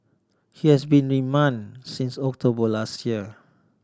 he has been remand since October last year